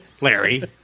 Larry